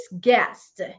guest